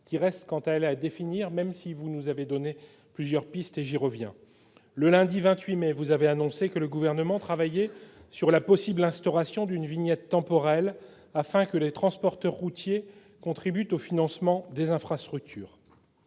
qui reste, quant à elle, à définir, même si, madame la ministre, vous nous avez donné plusieurs pistes, sur lesquelles je reviens. Le lundi 28 mai, vous avez annoncé que le Gouvernement travaillait sur la possible instauration d'une vignette temporelle, afin que les transporteurs routiers contribuent au financement des infrastructures.